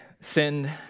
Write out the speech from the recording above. send